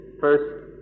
first